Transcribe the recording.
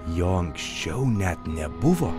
jo anksčiau net nebuvo